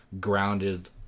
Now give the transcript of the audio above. grounded